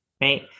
Right